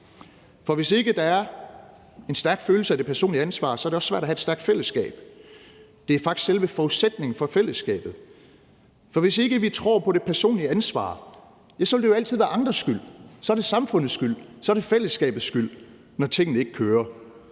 for hvis ikke der er en stærk følelse af et personligt ansvar, er det også svært at have et stærkt fællesskab. Det er faktisk selve forudsætningen for fællesskabet. For hvis ikke vi tror på det personlige ansvar, vil det jo altid være andres skyld, så er det samfundets skyld, så er det fællesskabets skyld, når tingene ikke kører,